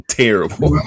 terrible